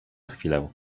chwilę